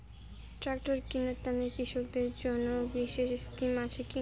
Tractor কিনার তানে কৃষকদের জন্য বিশেষ স্কিম আছি কি?